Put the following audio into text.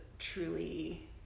truly